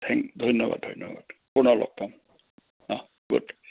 thank ধন্যবাদ ধন্যবাদ পুনৰ লগ পাম অহ্ গুড